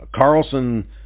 Carlson